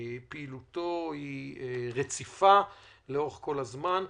שפעילותו רציפה לאורך כל הזמן.